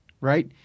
right